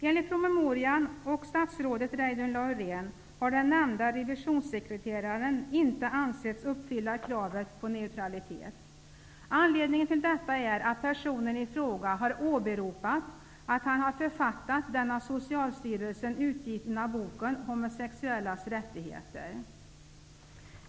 Enligt promemorian och statsrådet Reidunn Laurén har den nämnda revisionssekreteraren inte ansetts uppfylla kravet på neutralitet. Anledning till detta är att personen i fråga har åberopat att han har författat den av Socialstyrelsen utgivna boken Homosexuellas rättigheter.